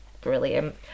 brilliant